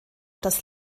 das